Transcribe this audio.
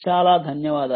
చాలా ధన్యవాదాలు